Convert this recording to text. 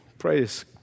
Praise